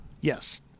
Yes